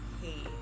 hey